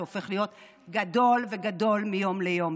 שהופך להיות גדול וגדול מיום ליום.